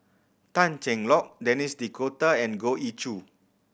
Tan Cheng Lock Denis D'Cotta and Goh Ee Choo